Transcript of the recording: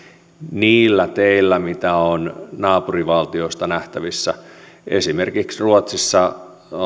niillä teillä mitä on naapurivaltioista nähtävissä esimerkiksi ruotsissa